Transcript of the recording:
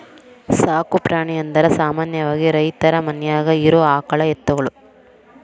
ಸಾಕು ಪ್ರಾಣಿ ಅಂದರ ಸಾಮಾನ್ಯವಾಗಿ ರೈತರ ಮನ್ಯಾಗ ಇರು ಆಕಳ ಎತ್ತುಗಳು